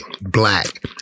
black